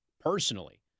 personally